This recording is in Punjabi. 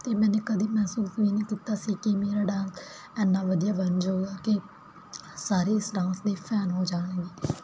ਤੇ ਮੈਨੂੰ ਕਦੇ ਮਹਿਸੂਸ ਵੀ ਨਹੀਂ ਦਿੱਤਾ ਸੀ ਕਿ ਮੇਰਾ ਡਾਂਸ ਇਨਾ ਵਧੀਆ ਬਣ ਜਾਊਗਾ ਕਿ ਸਾਰੇ ਇਸ ਡਾਂਸ ਦੇ ਫੈਨ ਹੋ ਜਾਣਗੇ